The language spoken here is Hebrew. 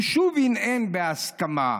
הוא שוב הנהן בהסכמה,